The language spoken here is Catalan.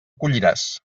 colliràs